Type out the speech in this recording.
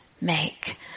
make